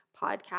podcast